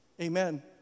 amen